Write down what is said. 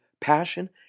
passion